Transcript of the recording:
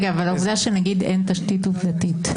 אבל העובדה שנגיד אין תשתית עובדתית\?